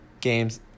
Games